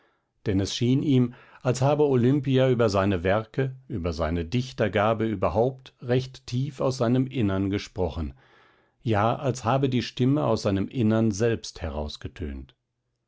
denn es schien ihm als habe olimpia über seine werke über seine dichtergabe überhaupt recht tief aus seinem innern gesprochen ja als habe die stimme aus seinem innern selbst